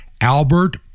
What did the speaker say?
Albert